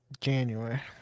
January